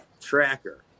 Tracker